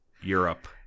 Europe